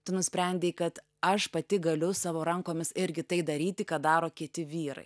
tu nusprendei kad aš pati galiu savo rankomis irgi tai daryti ką daro kiti vyrai